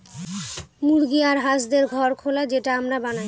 মুরগি আর হাঁসদের ঘর খোলা যেটা আমরা বানায়